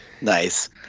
Nice